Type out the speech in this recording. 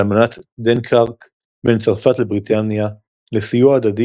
על אמנת דנקרק בין צרפת לבריטניה לסיוע הדדי